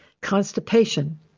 Constipation